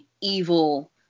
evil